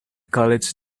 college